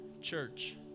church